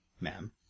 Ma'am